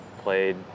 played